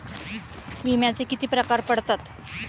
विम्याचे किती प्रकार पडतात?